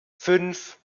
fünf